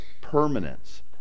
permanence